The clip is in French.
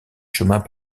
chemins